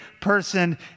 person